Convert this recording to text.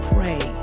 Pray